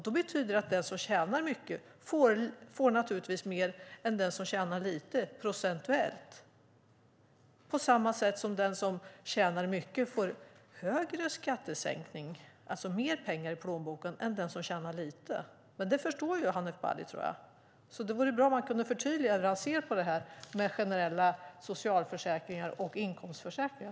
Det betyder att den som tjänar mycket naturligtvis får mer än den som tjänar lite, procentuellt sett. På samma sätt får den som tjänar mycket en större skattesänkning, alltså mer pengar i plånboken, än den som tjänar lite. Det här förstår Hanif Bali, tror jag, så det vore bra om han kunde förtydliga hur han ser på generella socialförsäkringar och inkomstförsäkringar.